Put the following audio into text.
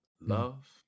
Love